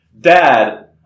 Dad